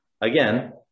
again